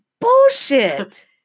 Bullshit